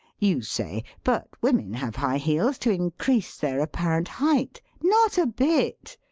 you say but women have high heels to increase their apparent height. not a bit!